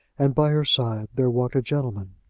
and by her side there walked a gentleman.